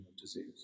disease